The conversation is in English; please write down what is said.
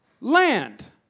land